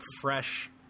fresh